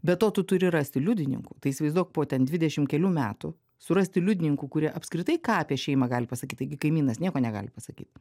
be to tu turi rasti liudininkų tai įsivaizduok po ten dvidešimt kelių metų surasti liudininkų kurie apskritai ką apie šeimą gali pasakyti taigi kaimynas nieko negali pasakyt